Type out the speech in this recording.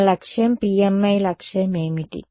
మా లక్ష్యం PMI లక్ష్యం ఏమిటి